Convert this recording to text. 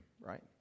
right